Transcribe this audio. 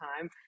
time